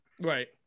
Right